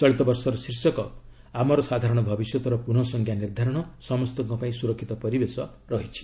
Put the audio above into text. ଚଳିତବର୍ଷର ଶୀର୍ଷକ 'ଆମର ସାଧାରଣ ଭବିଷ୍ୟତର ପୁନଃ ସଂଜ୍ଞା ନିର୍ଦ୍ଧାରଣ ସମସ୍ତଙ୍କ ପାଇଁ ସୁରକ୍ଷିତ ପରିବେଶ' ରହିଛି